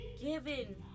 given